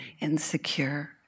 insecure